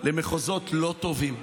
למחוזות לא טובים.